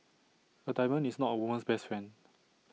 A diamond is not A woman's best friend